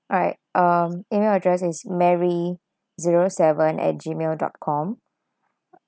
alright um email address is mary zero seven at gmail dot com